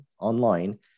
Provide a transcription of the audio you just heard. online